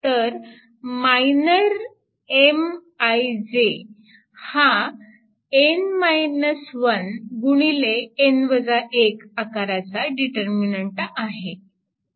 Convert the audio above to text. तर minor Mij हा गुणिले आकाराचा डीटरर्मिनंट आहे